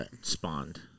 spawned